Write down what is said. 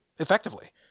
Effectively